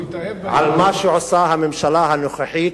הוא התאהב, על מה שעושה הממשלה הנוכחית,